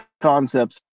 concepts